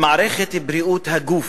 המערכת של בריאות הגוף,